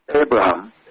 Abraham